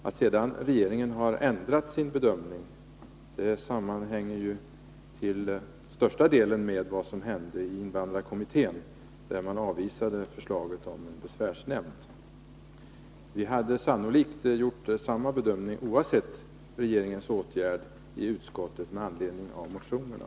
Att regeringen sedan har ändrat sin bedömning sammanhänger till största delen med vad som hände i invandrarkommittén, där man avvisade förslaget om en besvärsnämnd. Vi hade sannolikt gjort samma bedömning, oavsett regeringens åtgärd i utskottet med anledning av motionerna.